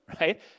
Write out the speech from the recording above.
right